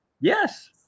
Yes